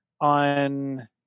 on